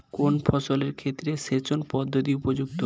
কোন ফসলের ক্ষেত্রে সেচন পদ্ধতি উপযুক্ত?